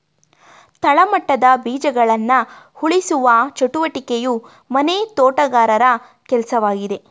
ತಳಮಟ್ಟದ ಬೀಜಗಳನ್ನ ಉಳಿಸುವ ಚಟುವಟಿಕೆಯು ಮನೆ ತೋಟಗಾರರ ಕೆಲ್ಸವಾಗಿದೆ